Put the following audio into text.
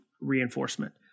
reinforcement